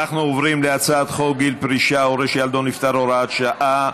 אנחנו עוברים להצעת חוק גיל פרישה (הורה שילדו נפטר) (הוראת שעה),